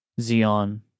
Xeon